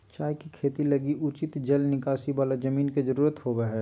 चाय के खेती लगी उचित जल निकासी वाला जमीन के जरूरत होबा हइ